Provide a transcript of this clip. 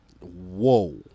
Whoa